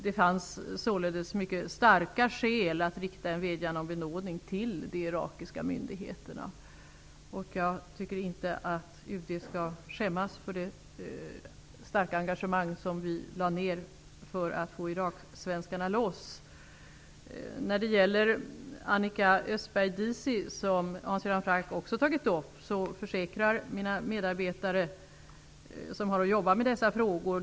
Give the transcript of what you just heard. Det fanns således mycket starka skäl att rikta en vädjan om benådning till de irakiska myndigheterna. Jag tycker inte att vi på UD skall skämmas för det starka engagemang som vi lade ned för att få Iraksvenskarna loss. Fallet Annika Östberg har varit aktuellt för UD ända sedan december 1983.